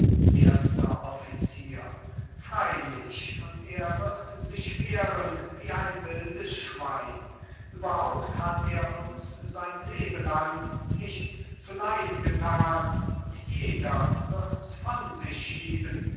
erster offizier freilich und er wird sich wehren wie ein wildes schwein überhaupt hat er uns sein lebelang nichts zuleid getan und jeder wird's von sich schieben